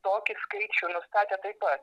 tokį skaičių nustatė taip pat